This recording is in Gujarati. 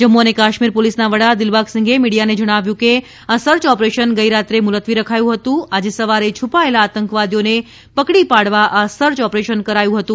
જમ્મુ અને કાશ્મીર પોલીસના વડા દિલબાગસિંઘે મિડિયાને જણાવ્યું કે આ સર્ચ ઓપરેશન ગઇરાત્રે મુલત્વી રખાયું હતું તે આજે સવારે છુપાયેલા આતંકવાદીઓને પકડી પાડવા આ સર્ચ ઓપરેશન કરાયું હતું